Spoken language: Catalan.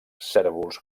cérvols